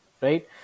right